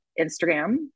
Instagram